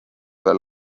veel